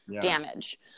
damage